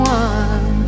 one